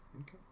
okay